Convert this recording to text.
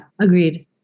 Agreed